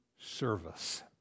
service